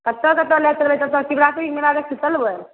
कत्तऽ कत्तऽ लऽ चलबै तत्तऽ शिवरात्रिके मेला देखे चलबै